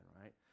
right